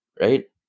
Right